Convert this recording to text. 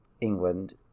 England